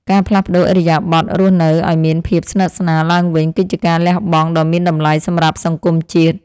ការផ្លាស់ប្តូរឥរិយាបថរស់នៅឱ្យមានភាពស្និទ្ធស្នាលឡើងវិញ គឺជាការលះបង់ដ៏មានតម្លៃសម្រាប់សង្គមជាតិ។